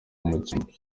umukinnyi